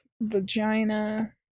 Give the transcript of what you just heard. vagina